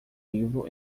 livro